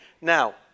Now